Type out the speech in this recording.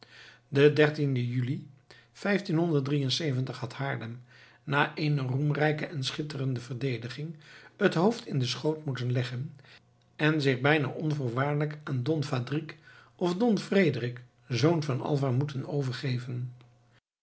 den dertienden juli had haarlem na eene roemrijke en schitterende verdediging het hoofd in den schoot moeten leggen en zich bijna onvoorwaardelijk aan don fadrique of don frederik zoon van alva moeten overgeven